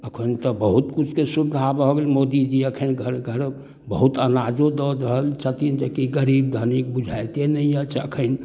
एखन तऽ बहुत किछुके सुविधा भऽ गेल मोदीजी एखन घर घर बहुत अनाजो दऽ रहल छथिन जेकि गरीब धनिक बुझाइते नहि अछि एखन